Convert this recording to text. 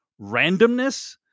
randomness